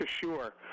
sure